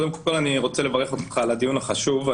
קודם כול, אני רוצה לברך אותך על הדיון החשוב.